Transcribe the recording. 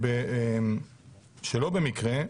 כי שלא במקרה,